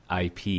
IP